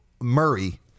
Murray